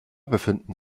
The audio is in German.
befinden